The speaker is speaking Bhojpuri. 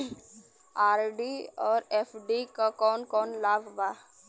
आर.डी और एफ.डी क कौन कौन लाभ बा?